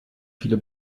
viele